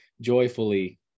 joyfully